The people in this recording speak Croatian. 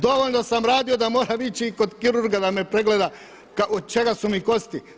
Dovoljno sam radio da moramo ići kod kirurga da me pregleda od čega su mi kosti.